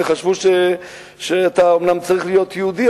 וחשבו שאתה אומנם צריך להיות יהודי,